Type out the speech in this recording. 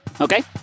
Okay